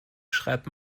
schreibt